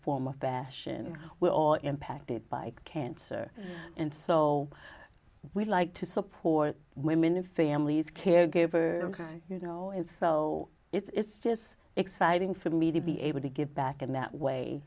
form or fashion we're all impacted by cancer and so we like to support women and families caregiver you know and so it's just exciting for me to be able to give back in that way